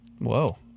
Whoa